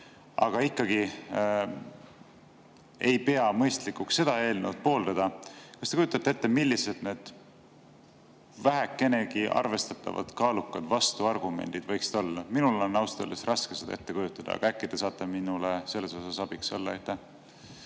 nad ikkagi ei pea mõistlikuks seda eelnõu pooldada. Kas te kujutate ette, millised need vähekenegi arvestatavad kaalukad vastuargumendid võiksid olla? Minul on ausalt öeldes raske neid ette kujutada, aga äkki te saate mulle selles abiks olla.